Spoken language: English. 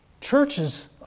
churches